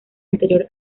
anterior